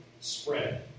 spread